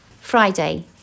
Friday